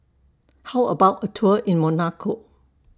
How about A Tour in Monaco